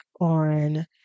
on